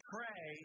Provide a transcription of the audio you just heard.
Pray